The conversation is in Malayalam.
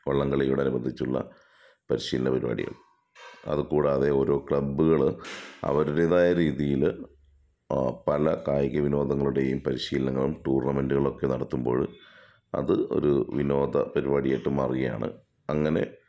വള്ളംകളിയോട് അനുബന്ധിച്ചുള്ള പരിശീലന പരിപാടികൾ അതുകൂടാതെ ഓരോ ക്ലബ്ബുകൾ അവരുടെതായ രീതിയില് പല കായിക വിനോദങ്ങളുടെയും പരിശീലനങ്ങളും ടൂർണമെറ്റുകളൊക്കെ നടത്തുമ്പോഴ് അത് ഒരു വിനോദ പരിപാടിയായിട്ട് മാറുകയാണ് അങ്ങനെ